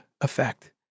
effect